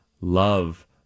love